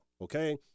okay